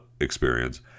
experience